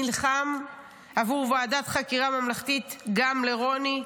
נלחם עבור ועדת חקירה ממלכתית גם לרוני?